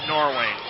Norway